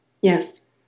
yes